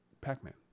pac-man